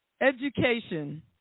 Education